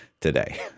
today